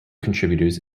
contributors